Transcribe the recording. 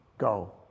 Go